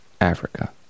Africa